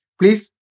please